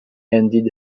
ended